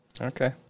Okay